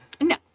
No